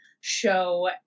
show